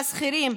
השכירים,